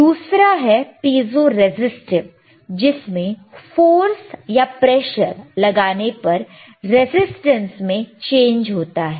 दूसरा है piezo resistive जिसमें फोर्स या प्रेशर लगाने पर रेजिस्टेंस में चेंज होता है